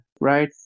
right